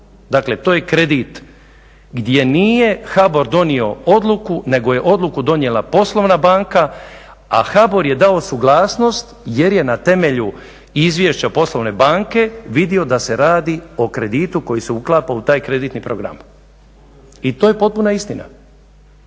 Dakle to je kredit gdje nije HBOR donio odluku nego je odluku donijela poslovna banka, a HBOR je dao suglasnost jer je na temelju izvješća poslovne banke vidio da se radi o kreditu koji se uklapa u taj kreditni program i to je potpuna istina.